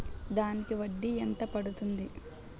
దానికి వడ్డీ ఎంత పడుతుంది?